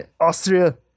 Austria